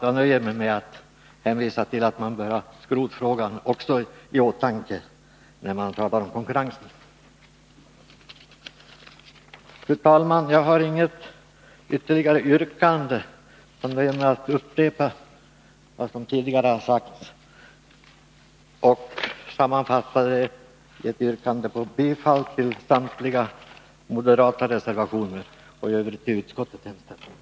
Jag nöjer mig således med att bara hänvisa till att man bör ha också skrotfrågan i åtanke när man talar om konkurrensen. Fru talman! Jag har inget ytterligare yrkande, utöver att genom att upprepa vad som tidigare har sagts och sammanfatta det yrka bifall till samtliga moderata reservationer och i övrigt till utskottets hemställan.